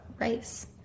race